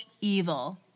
evil